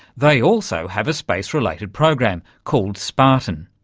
they also have a space-related program called spartan.